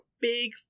big